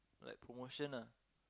like promotion ah